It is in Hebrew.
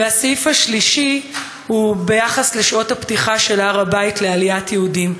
והסעיף השלישי הוא על שעות הפתיחה של הר-הבית לעליית יהודים.